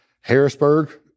Harrisburg